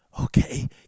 Okay